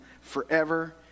forever